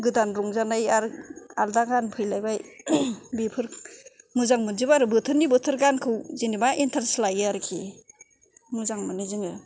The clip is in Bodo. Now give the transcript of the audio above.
गोदान रंजानाय आर आलादा गान फैलायबाय बेफोर मोजां मोनजोबो आरो बोथोरनि बोथोर गानखौ जेन'बा इन्टारेस्ट लायो आरोखि मोजां मोनो जोङो